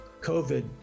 covid